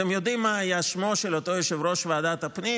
אתם יודעים מה היה שמו של אותו יושב-ראש ועדת הפנים?